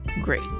great